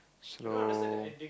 slow